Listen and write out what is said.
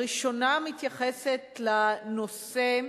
הראשונה מתייחסת לנושא,